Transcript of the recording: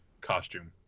costume